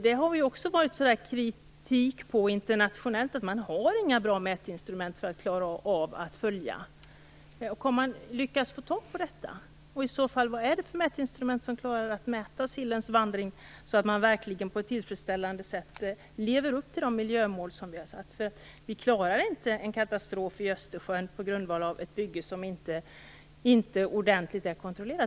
Det har internationellt framförts kritik mot att man inte har några bra mätinstrument för att följa detta. Har man lyckats få tag på sådana, och vad är det i så fall för mätinstrument som klarar att mäta sillens vandring, så att man verkligen på ett tillfredsställande sätt lever upp till de miljömål som vi har satt upp? Vi klarar inte en katastrof i Östersjön på grund av ett bygge som inte är ordentligt kontrollerat.